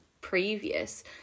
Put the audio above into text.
previous